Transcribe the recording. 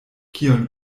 kion